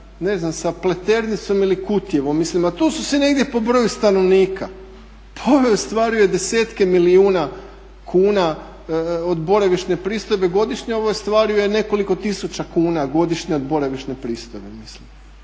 ne znam sa Pleternicom ili Kutjevom, a tu su si negdje po broju stanovnika? Pa ovaj ostvaruje desetke milijuna kuna od boravišne pristojbe godišnje, a ostvaruje nekoliko tisuća kuna godišnje od boravišne pristojbe, mislim.